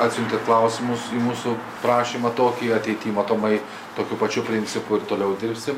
atsiuntėt klausimus į mūsų prašymą tokį ateity matomai tokiu pačiu principu ir toliau dirbsim